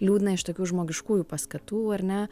liūdna iš tokių žmogiškųjų paskatų ar ne